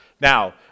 Now